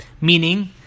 meaning